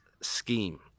scheme